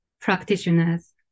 practitioners